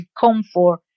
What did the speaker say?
comfort